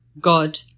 God